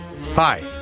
Hi